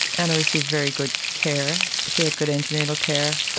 anna received very good care, she had good antenatal care.